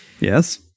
Yes